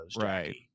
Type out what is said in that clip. right